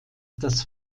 das